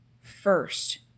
first